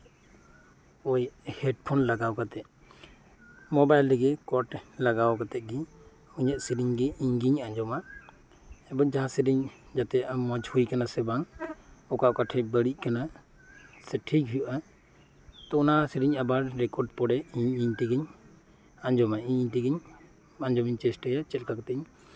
ᱳᱭ ᱦᱮᱰᱯᱷᱳᱱ ᱞᱟᱜᱟᱣ ᱠᱟᱛᱮᱫ ᱢᱳᱵᱟᱭᱤᱞ ᱨᱮᱜᱮ ᱠᱚᱨᱰ ᱞᱟᱜᱟᱣ ᱠᱟᱛᱮᱫ ᱜᱮ ᱤᱧᱟᱹᱜ ᱥᱮᱨᱮᱧ ᱜᱮ ᱤᱧ ᱜᱮᱧ ᱟᱸᱡᱚᱢᱟ ᱮᱵᱚᱝ ᱡᱟᱦᱟᱸ ᱥᱮᱨᱮᱧ ᱢᱚᱸᱡ ᱦᱩᱭ ᱟᱠᱟᱱᱟ ᱥᱮ ᱵᱟᱝ ᱚᱠᱟ ᱚᱠᱟ ᱴᱷᱮᱱ ᱵᱟᱹᱲᱤᱡ ᱠᱟᱱᱟ ᱥᱮ ᱴᱷᱤᱠ ᱦᱩᱭᱩᱜᱼᱟ ᱛᱳ ᱚᱱᱟ ᱥᱮᱨᱮᱧ ᱨᱮᱠᱚᱰ ᱯᱚᱨᱮ ᱤᱧ ᱛᱮᱜᱤᱧ ᱟᱸᱡᱚᱢᱟ ᱤᱧ ᱛᱮᱜᱤᱧ ᱟᱸᱡᱚᱢ ᱤᱧ ᱪᱮᱥᱴᱟᱭᱟ ᱪᱮᱫ ᱞᱮᱠᱟ ᱠᱟᱛᱮᱧ